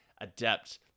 adept